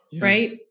right